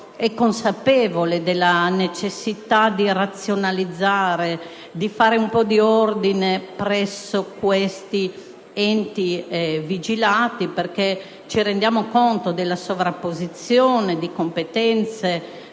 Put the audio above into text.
è consapevole della necessità di razionalizzare e di fare un po' di ordine presso questi enti vigilati. Ci rendiamo infatti conto della sovrapposizione di competenze,